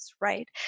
right